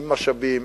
עם משאבים,